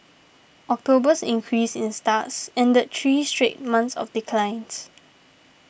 October's increase in starts ended three straight months of declines